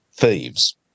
thieves